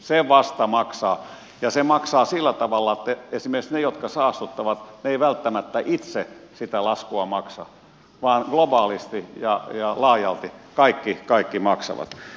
se vasta maksaa ja se maksaa sillä tavalla että esimerkiksi ne jotka saastuttavat eivät välttämättä itse sitä laskua maksa vaan globaalisti ja laajalti kaikki maksavat